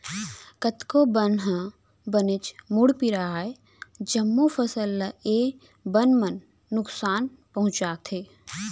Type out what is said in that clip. कतको बन ह बनेच मुड़पीरा अय, जम्मो फसल ल ए बन मन नुकसान पहुँचाथे